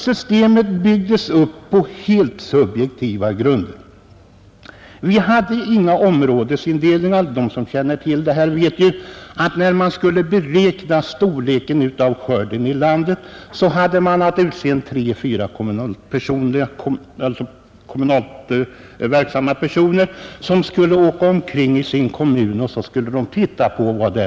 Systemet byggdes upp på helt subjektiva grunder. Vi hade inga områdesindelningar. De som känner till detta vet ju att när man skulle beräkna storleken av skörden i landet hade man att utse tre-fyra kommunalt verksamma personer som skulle åka omkring i sin kommun och se på vad som producerades inom området.